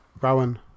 Rowan